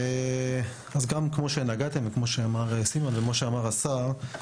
כמו שנגעתם וכמו שאמרו סימון והשר,